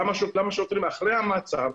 למה שוטרים אחרי המעצר,